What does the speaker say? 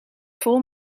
vol